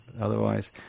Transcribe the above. Otherwise